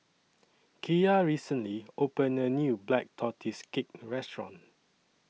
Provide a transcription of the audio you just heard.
Kiya recently opened A New Black Tortoise Cake Restaurant